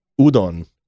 Udon